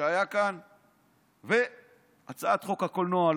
שהיה כאן ובהצעת חוק הקולנוע,